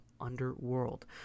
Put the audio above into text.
underworld